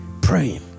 praying